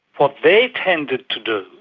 what they tended to do,